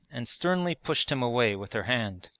and sternly pushed him away with her hand.